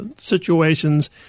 situations